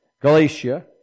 Galatia